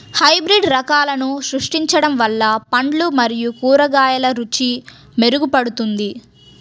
hybrid రకాలను సృష్టించడం వల్ల పండ్లు మరియు కూరగాయల రుచి మెరుగుపడుతుంది